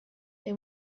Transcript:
they